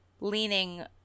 leaning